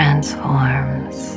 transforms